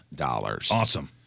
Awesome